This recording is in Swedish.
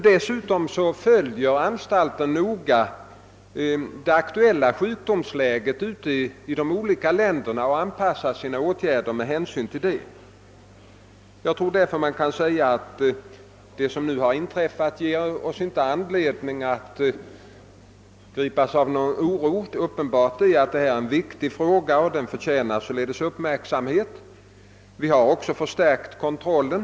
Dessutom följer anstalten noga det aktuella sjukdomsläget i de olika exportländerna och anpassar sina åtgärder med hänsyn till detta. Jag tror därför att det som nu har inträffat inte ger oss anledning att gripas av någon oro. Uppenbart är att detta är en viktig fråga, som förtjänar uppmärksamhet. Vi har också förstärkt kontrollen.